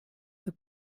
the